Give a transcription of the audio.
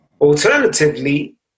Alternatively